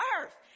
earth